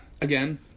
again